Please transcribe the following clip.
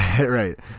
Right